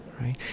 Right